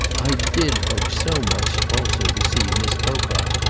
i did hope so much also to see miss pocock.